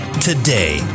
today